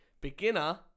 beginner